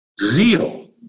Zeal